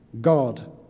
God